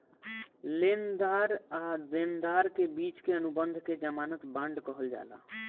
लेनदार आ देनदार के बिच के अनुबंध के ज़मानत बांड कहल जाला